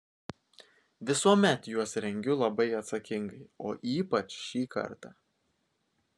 visuomet juos rengiu labai atsakingai o ypač šį kartą